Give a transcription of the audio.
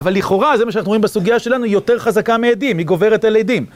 אבל לכאורה, זה מה שאנחנו רואים בסוגיה שלנו, היא יותר חזקה מעדים, היא גוברת אל עדים.